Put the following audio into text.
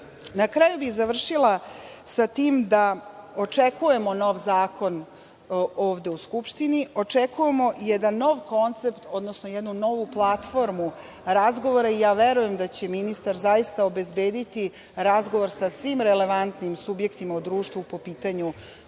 kraju bih završila sa tim da očekujemo nov zakon ovde u Skupštini. Očekujemo jedan nov koncept, odnosno jednu novu platformu razgovora i ja verujem da će ministar zaista obezbediti razgovor sa svim relevantnim subjektima u društvu po pitanju